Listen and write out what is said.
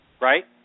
right